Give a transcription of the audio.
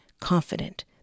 confident